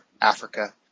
Africa